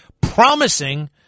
promising